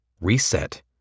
reset